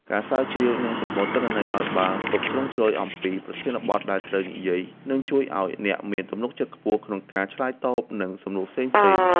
ការស្រាវជ្រាវ និងប្រមូលទិន្នន័យឱ្យបានគ្រប់ជ្រុងជ្រោយអំពីប្រធានបទដែលត្រូវនិយាយ នឹងជួយឱ្យអ្នកមានទំនុកចិត្តខ្ពស់ក្នុងការឆ្លើយតបនឹងសំណួរផ្សេងៗ។